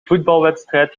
voetbalwedstrijd